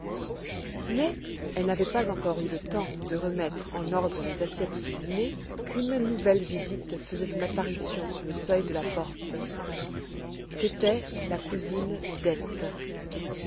mais elle n'avait pas encore eu le temps de remettre en ordre les assiettes du dîner qu'une nouvelle visite faisait son apparition sur le seuil de la porte c'était la cousine dete